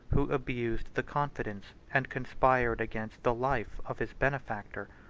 who abused the confidence, and conspired against the life, of his benefactor.